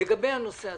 לגבי הנושא עצמו,